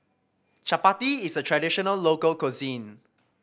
chapati is a traditional local cuisine